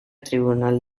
tribunal